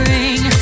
Ring